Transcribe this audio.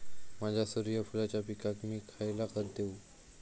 माझ्या सूर्यफुलाच्या पिकाक मी खयला खत देवू?